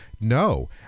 no